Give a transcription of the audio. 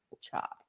chop